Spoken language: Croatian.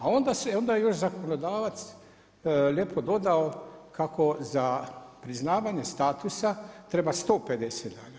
A onda je još zakonodavac lijepo dodao, kako za priznavanje statusa treba 150 dana.